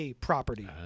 property